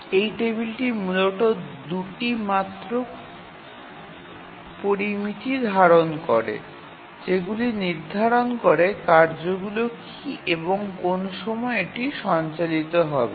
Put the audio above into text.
এই টেবিলটি মূলত দুটি মাত্র পরামিতি ধারণ করে যেগুলি নির্ধারণ করে কার্যগুলি কী এবং কোন সময় এটি সঞ্চালিত হবে